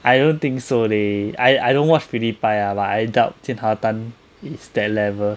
I don't think so leh I I don't watch pewdiepie lah but I doubt jian hao tan is that level